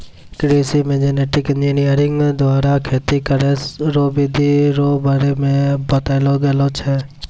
कृषि मे genetic engineer द्वारा खेती करै रो बिधि रो बारे मे बतैलो गेलो छै